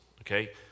okay